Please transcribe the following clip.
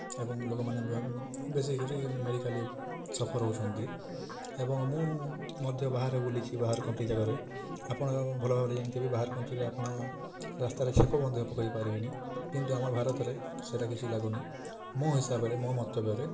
ଏବଂ ଲୋକମାନେ ବେଶୀ କରି ମେଡ଼ିକାଲି ସଫର୍ ହଉଛନ୍ତି ଏବଂ ମୁଁ ମଧ୍ୟ ବାହାରେ ବୁଲିଛି ବାହାର କଣ୍ଟ୍ରି ଜାଗାରେ ଆପଣ ଭଲ ଭାବରେ ଜାଣିଥିବେ ବାହାର କଣ୍ଟ୍ରିରେ ଆପଣ ରାସ୍ତାରେ ଛେପ ମଧ୍ୟ ପକାଇ ପାରିବେ ନାହିଁ କିନ୍ତୁ ଆମ ଭାରତରେ ସେଇଟା କିଛି ଲାଗୁନି ମୋ ହିସାବରେ ମୋ ମନ୍ତବ୍ୟରେ